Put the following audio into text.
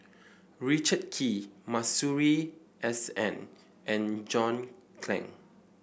Richard Kee Masuri S N and John Clang